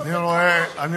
אבל למה הוא לא נותן כבוד?